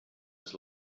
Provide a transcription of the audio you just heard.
its